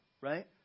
right